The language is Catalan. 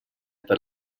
per